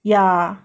ya